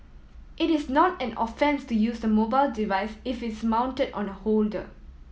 it is not an offence to use the mobile device if it's mounted on a holder